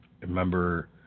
remember